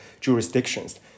jurisdictions